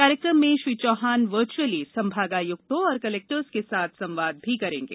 कार्यक्रम में श्री चौहान वर्चुअली संभागायुक्तों एवं कलेक्टर्स के साथ संवाद भी करेंगे